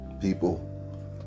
people